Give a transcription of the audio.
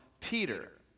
Peter